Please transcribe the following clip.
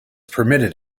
permitted